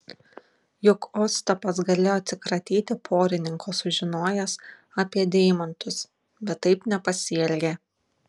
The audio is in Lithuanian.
juk ostapas galėjo atsikratyti porininko sužinojęs apie deimantus bet taip nepasielgė